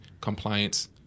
compliance